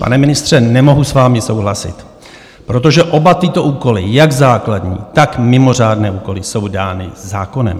Pane ministře, nemohu s vámi souhlasit, protože oba tyto úkoly, jak základní, tak mimořádné úkoly, jsou dány zákonem.